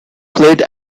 played